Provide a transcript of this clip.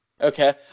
Okay